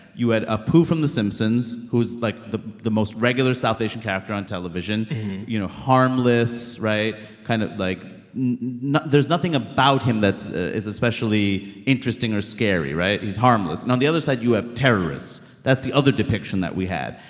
you had apu from the simpsons, who's, like, the the most regular south asian character on television you know, harmless right? kind of like there's nothing about him that is especially interesting or scary. right? he's harmless. and on the other side, you have terrorists. that's the other depiction that we had.